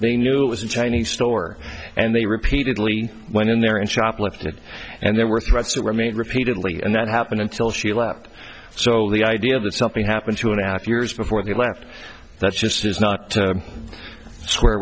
they knew it was a chinese store and they repeatedly went in there and shoplift it and there were threats that were made repeatedly and that happened until she left so the idea that something happened two and a half years before they left that's just is not square